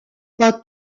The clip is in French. pas